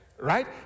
right